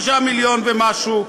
5 מיליון ומשהו,